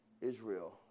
Israel